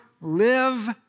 live